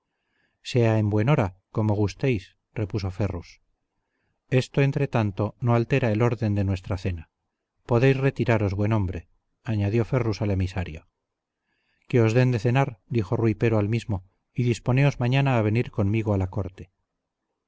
sea en buen hora como gustéis repuso ferrus esto entretanto no altera el orden de nuestra cena podéis retiraros buen hombre añadió ferrus al emisario que os den de cenar dijo rui pero al mismo y disponeos mañana a venir conmigo a la corte